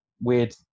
weird